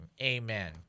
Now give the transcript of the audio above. Amen